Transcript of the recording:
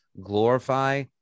glorify